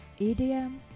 EDM